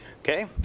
Okay